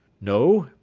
no,